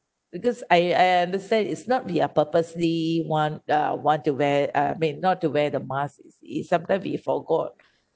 because I I understand it's not we are purposely [one] uh want to wear uh I mean not to wear the mask it's sometime we forgot